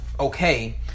okay